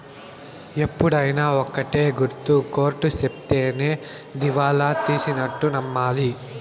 ఎప్పుడైనా ఒక్కటే గుర్తు కోర్ట్ సెప్తేనే దివాళా తీసినట్టు నమ్మాలి